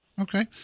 okay